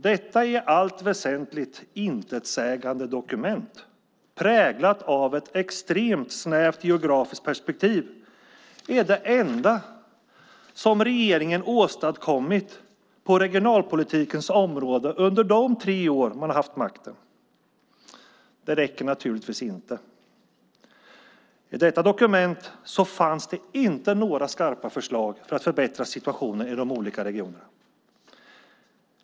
Detta i allt väsentligt intetsägande dokument, präglat av ett extremt snävt geografiskt perspektiv, är det enda som regeringen åstadkommit på regionalpolitikens område under de tre år man har haft makten. Det räcker naturligtvis inte. I detta dokument finns det inte några skarpa förslag för att förbättra situationen i de olika regionerna.